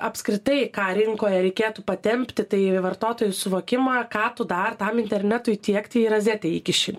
apskritai ką rinkoje reikėtų patempti tai vartotojų suvokimą ką tu dar tam internetui tiekti į rozetę įkiši